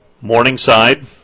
Morningside